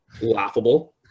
laughable